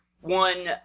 One